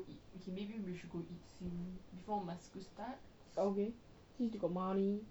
okay since you got money